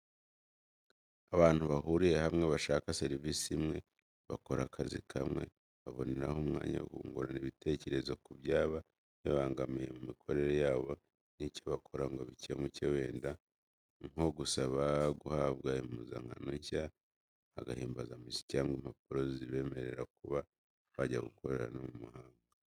Abantu bahuriye hamwe bashaka serivisi imwe, bakora akazi kamwe, baboneraho umwanya wo kungurana ibitekerezo ku byaba bibabangamiye mu mikorere yabo n'icyo bakora ngo bikemuke, wenda nko gusaba guhabwa impuzankano nshya, agahimbazamusyi cyangwa impapuro zibemerera kuba bajya gukorera no mu mahanga.